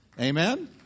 Amen